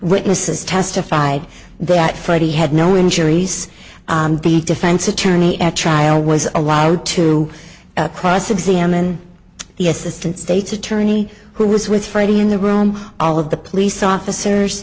witnesses testified that friday had no injuries the defense attorney at trial was allowed to cross examine the assistant state's attorney who was with freddie in the room all of the police officers